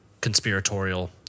conspiratorial